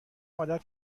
عادت